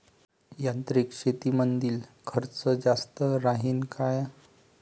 यांत्रिक शेतीमंदील खर्च जास्त राहीन का?